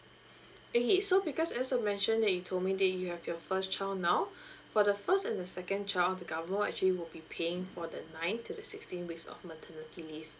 okay so because as of mentioned that you told me that you have your first child now for the first and the second child the government actually would be paying for the ninth to the sixteen weeks of maternity leave